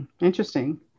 interesting